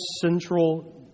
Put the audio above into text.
central